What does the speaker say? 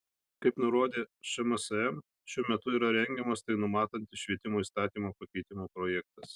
kaip nurodė šmsm šiuo metu yra rengiamas tai numatantis švietimo įstatymo pakeitimo projektas